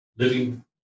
living